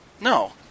No